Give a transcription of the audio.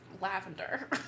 lavender